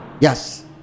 yes